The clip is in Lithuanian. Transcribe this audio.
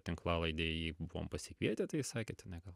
tinklalaidėj jį buvom pasikvietę tai jis sakė tenai kad